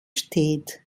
steht